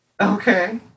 Okay